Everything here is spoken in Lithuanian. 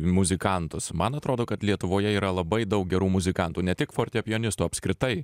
muzikantus man atrodo kad lietuvoje yra labai daug gerų muzikantų ne tik fortepijonistų apskritai